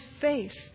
face